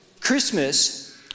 Christmas